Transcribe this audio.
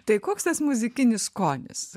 tai koks tas muzikinis skonis